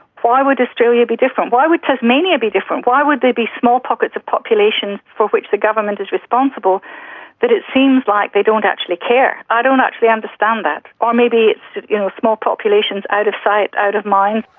why would australia be different? why would tasmania be different? why would there be small pockets of population for which the government is responsible that it seems like they don't actually care? i don't actually understand that. or maybe it's you know small populations out of sight, out of mind.